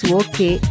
okay